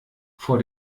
vor